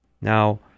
Now